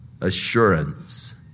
assurance